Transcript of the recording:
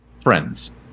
friends